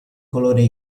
colore